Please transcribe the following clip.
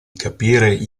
capire